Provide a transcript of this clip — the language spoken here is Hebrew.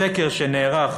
מסקר שנערך